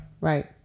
Right